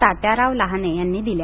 तात्याराव लहाने यांनी दिल्या